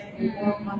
mm